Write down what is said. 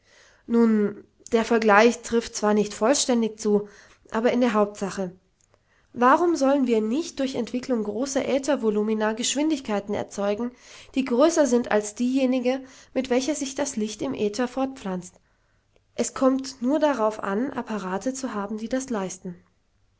nun der vergleich trifft zwar nicht vollständig zu aber in der hauptsache warum sollen wir nicht durch entwicklung großer äthervolumina geschwindigkeiten erzeugen die größer sind als diejenige mit welcher sich das licht im äther fortpflanzt es kommt nur darauf an apparate zu haben die das leisten